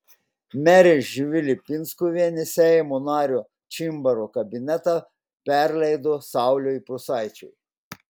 merė živilė pinskuvienė seimo nario čimbaro kabinetą perleido sauliui prūsaičiui